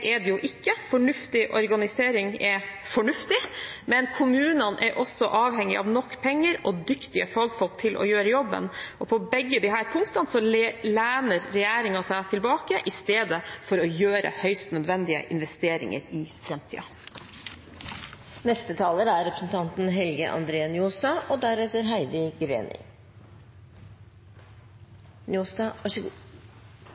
er det jo ikke. Fornuftig organisering er fornuftig, men kommunene er også avhengige av nok penger og dyktige fagfolk til å gjøre jobben, og på begge disse punktene lener regjeringen seg tilbake i stedet for å gjøre høyst nødvendige investeringer i